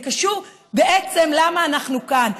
זה קשור בעצם ללמה אנחנו כאן,